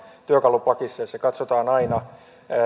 työkalupakissa ja se katsotaan aina